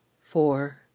four